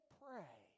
pray